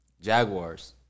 Jaguars